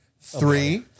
Three